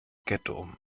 getto